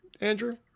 Andrew